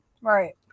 Right